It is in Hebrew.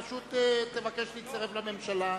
פשוט תבקש להצטרף לממשלה.